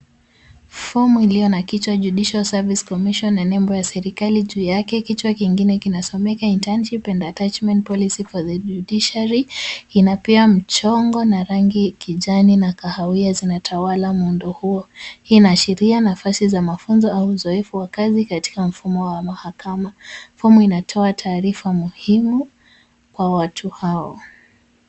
Fomu iliyo na kichwa Judicial Service Commission na nembo ya serikali juu yake. Kichwa kingine kinasomeka Internship and Attachment policy for the Judiciary , inapea mchongo na rangi ya kijani na kahawia zinatawala muundo huo. Hii inaashiria nafasi za mafunzo au uzoefu wa kazi katika mfumo wa mahakama. Fomu inatoa taarifa muhimu kwa watu hao.